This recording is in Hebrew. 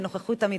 ונוכחות אמיתית.